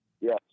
Yes